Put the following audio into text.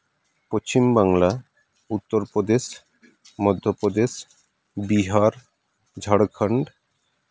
Paschim Bangla Uttar Pradesh Madhya Pradesh Bihar Jharkhand